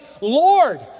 Lord